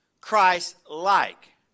Christ-like